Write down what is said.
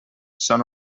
són